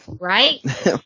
Right